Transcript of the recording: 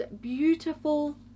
beautiful